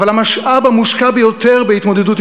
אבל המשאב המושקע ביותר בהתמודדות עם